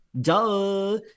Duh